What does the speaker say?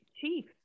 chief